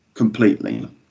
Completely